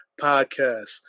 Podcast